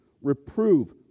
Reprove